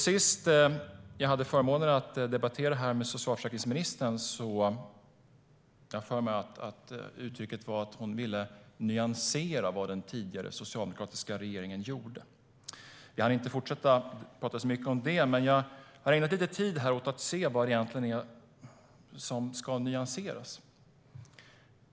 Senast jag hade förmånen att debattera det här med socialförsäkringsministern har jag för mig att hon ville "nyansera" vad den tidigare socialdemokratiska regeringen gjorde. Vi hann inte fortsätta prata så mycket om det, men jag har ägnat lite tid åt att se efter vad det egentligen är som ska nyanseras.